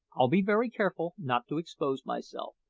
i'll be very careful not to expose myself,